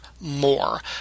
more